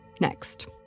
next